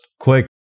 click